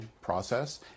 process